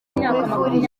twifurije